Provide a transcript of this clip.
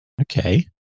Okay